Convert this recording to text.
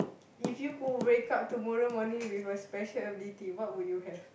if you could wake up tomorrow morning with a special ability what would you have